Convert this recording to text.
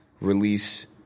release